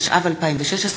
התשע"ו 2016,